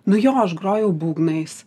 nu jo aš grojau būgnais